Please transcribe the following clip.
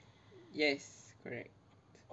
yes correct